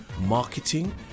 marketing